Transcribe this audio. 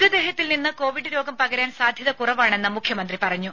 മൃതദേഹത്തിൽ നിന്ന് കോവിഡ് രോഗം പകരാൻ സാധ്യത കുറവാണെന്ന് മുഖ്യമന്ത്രി പറഞ്ഞു